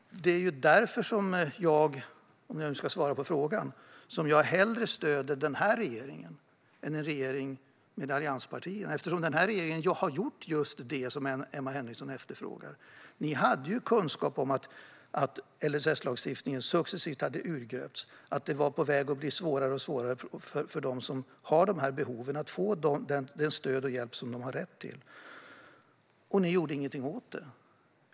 Det är därför som jag - om jag nu ska svara på frågan - hellre stöder den här regeringen än en regering med allianspartierna. Den här regeringen har gjort just det som Emma Henriksson efterfrågar. Ni hade kunskap om att LSS successivt hade urgröpts och att det var på väg att bli allt svårare för dem har de här behoven att få det stöd och den hjälp som de har rätt till, och ni gjorde ingenting åt det.